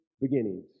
beginnings